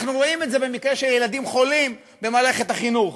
אנחנו רואים את זה במקרה של ילדים חולים במערכת החינוך,